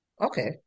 Okay